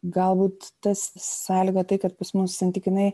galbūt tas sąlyga tai kad pas mus santykinai